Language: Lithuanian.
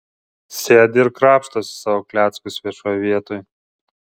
sėdi ir krapštosi savo kleckus viešoj vietoj